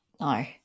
No